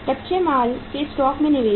कच्चे माल के स्टॉक में निवेश